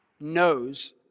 knows